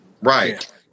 right